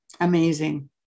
Amazing